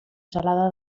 gelada